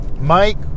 mike